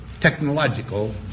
technological